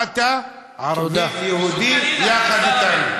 באת, ערבי, יהודי, יחד אתנו.